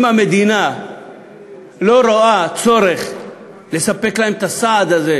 אם המדינה לא רואה צורך לספק להם את הסעד הזה,